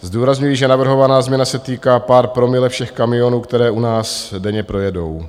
Zdůrazňuji, že navrhovaná změna se týká pár promile všech kamionů, které u nás denně projedou.